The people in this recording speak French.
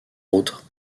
autres